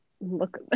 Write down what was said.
look